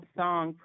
song